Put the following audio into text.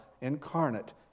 incarnate